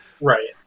Right